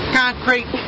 Concrete